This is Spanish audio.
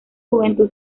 juventud